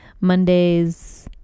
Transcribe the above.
Mondays